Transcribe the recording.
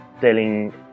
telling